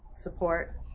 support